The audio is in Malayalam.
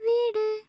വീട്